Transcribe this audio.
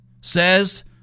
says